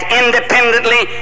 independently